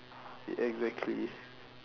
exactly